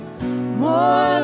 More